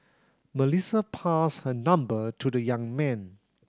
Melissa passed her number to the young man